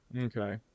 Okay